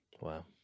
Wow